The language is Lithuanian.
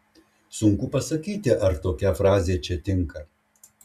sunku pasakyti ar tokia frazė čia tinka